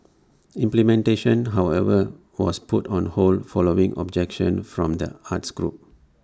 implementation however was put on hold following objection from the arts groups